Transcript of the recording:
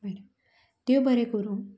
बरें देव बरें करूं